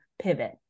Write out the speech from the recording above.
pivot